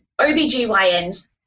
obgyns